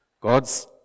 God's